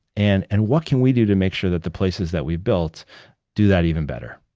and and what can we do to make sure that the places that we built do that even better?